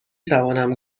توانم